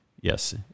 Yes